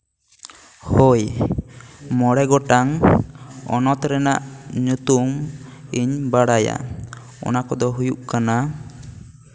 ᱦᱳᱭ ᱢᱚᱬᱮ ᱜᱚᱴᱟᱝ ᱦᱚᱱᱚᱛ ᱨᱮᱱᱟᱜ ᱧᱩᱛᱩᱢ ᱤᱧ ᱵᱟᱲᱟᱭᱟ ᱚᱱᱟ ᱠᱚᱫᱚ ᱦᱩᱭᱩᱜ ᱠᱟᱱᱟ